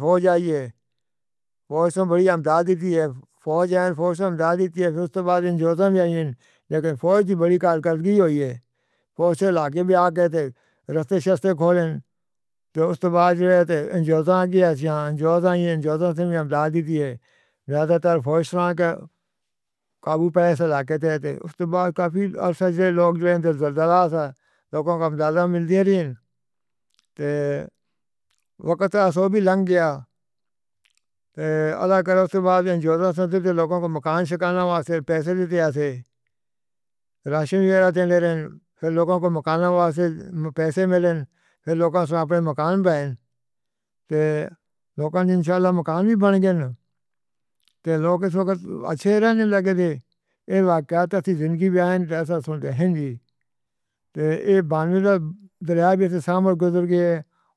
فور جائیے تو اس میں بڑی مدد دی ہے فوجی فوجی نے زیادہ دی تھی اُس کے بعد جوٹا بھی آئی ہیں لیکن فوج کی بڑی کارگردی ہوئی ہے۔ وو اُسی علاقے میں آکے راستے تراسٹے کھولے تو اُس کے بعد جو ہے تو زیادہ کی زیادہ زیادہ مدد دی تھی۔ زیادہ تر فوج کا قابو پایا تھا۔ لیکن اُس وقت بہت سارے لوگ جو ہیں مقررہ لوک سبھا میں زیادہ نہیں تھے۔ وقت تو ابھی لانگ کیا کرو۔ اُس کے بعد جو لوگوں کو مکان کانوں واسطے پیسے دیتے تھے، راشن دے رہے تھے۔ لوگوں کو مکانوں واسطے پیسے ملے۔ پھر لوک سبھا میں اپنے مکان باز۔ لوک سبھا میں کم ہی بازار۔ لوگ اچھے رہنے لگے تھے۔ ایواکو آتی تھی، زندگی بیان کی پہلی تیری بانڈھ رہا ہے۔ سامراج گزر کے